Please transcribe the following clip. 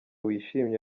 wishimye